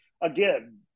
again